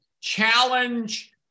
challenge